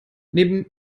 neben